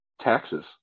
taxes